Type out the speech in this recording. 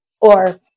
Or-